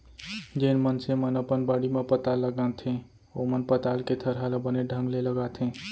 जेन मनसे मन अपन बाड़ी म पताल लगाथें ओमन पताल के थरहा ल बने ढंग ले लगाथें